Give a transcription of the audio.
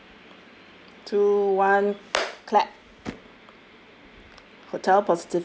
pressed two one clap